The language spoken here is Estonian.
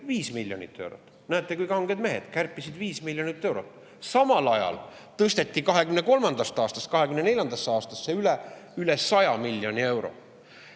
5 miljonit eurot. Näete, kui kanged mehed, kärpisid 5 miljonit eurot! Aga samal ajal tõsteti 2023. aastast 2024. aastasse üle enam kui 100 miljonit eurot.